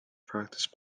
practice